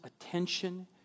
attention